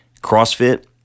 CrossFit